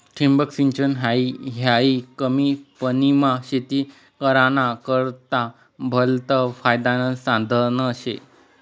ठिबक सिंचन हायी कमी पानीमा शेती कराना करता भलतं फायदानं साधन शे